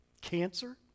Cancer